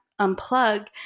Unplug